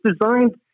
designed